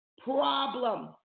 Problem